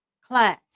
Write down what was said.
class